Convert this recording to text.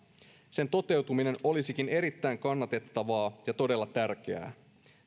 sen toteutuminen olisikin erittäin kannatettavaa ja todella tärkeää